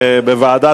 בבקשה,